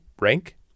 rank